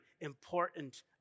important